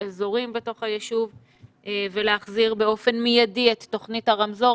אזורים בתוך היישוב ולהחזיר באופן מידי את תוכנית הרמזור,